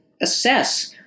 assess